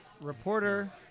reporter